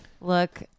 Look